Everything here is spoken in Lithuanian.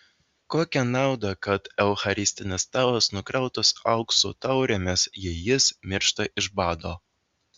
kokia nauda kad eucharistinis stalas nukrautas aukso taurėmis jei jis miršta iš bado